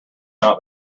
not